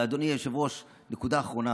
ואדוני היושב-ראש, נקודה אחרונה.